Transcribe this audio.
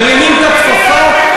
מרימים את הכפפה,